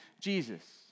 Jesus